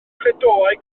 credoau